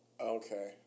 Okay